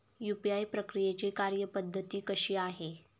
UPI प्रक्रियेची कार्यपद्धती कशी आहे?